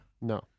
No